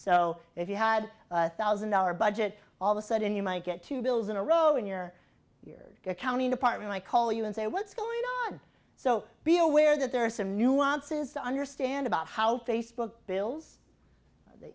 so if you had a thousand dollar budget all the sudden you might get two bills in a row in your years county department i call you and say what's going on so be aware that there are some nuances to understand about how facebook bills the